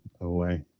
away